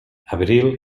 abril